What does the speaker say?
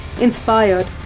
Inspired